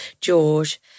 George